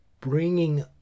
bringing